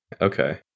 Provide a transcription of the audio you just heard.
okay